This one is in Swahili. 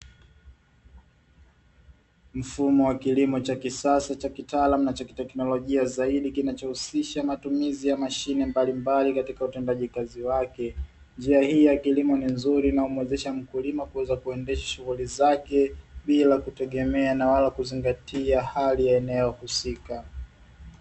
Mfumo wa kilimo cha kisasa cha kitaalamu na cha kiteknolojia zaidi kinachohusisha matumizi ya mashine mbalimbali katika utendaji kazi wake, njia hii ya kilimo ni nzuri na humuwezesha mkulima kuweza kuendesha shughuli zake bila kutegemea na wala kuzingatia hali ya eneo husika.